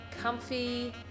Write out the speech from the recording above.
comfy